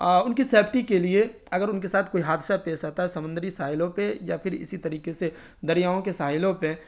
ان کی سیپٹی کے لیے اگر ان کے ساتھ کوئی حادثہ پیس آتا ہے سمندری ساحلوں پہ یا پھر اسی طریقے سے دریاؤں کے ساحلوں پہ